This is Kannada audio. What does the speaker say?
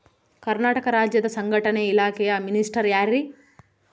ಕರ್ನಾಟಕ ರಾಜ್ಯದ ಸಂಘಟನೆ ಇಲಾಖೆಯ ಮಿನಿಸ್ಟರ್ ಯಾರ್ರಿ?